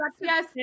yes